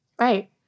Right